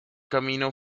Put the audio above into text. camino